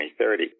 2030